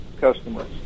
customers